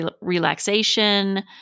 relaxation